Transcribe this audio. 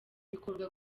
bikorwa